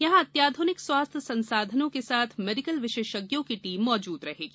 यहाँ अत्याध्रनिक स्वास्थ्य संसाधनों के साथ मेडिकल विशेषज्ञों की टीम मौजूद रहेगी